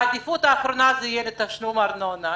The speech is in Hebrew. העדיפות האחרונה תהיה לתשלום ארנונה.